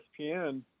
ESPN